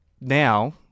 Now